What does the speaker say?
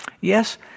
Yes